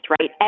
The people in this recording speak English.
right